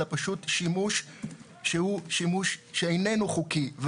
אלא פשוט שימוש שהוא שימוש שאיננו חוקי.